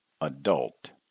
adult